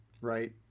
right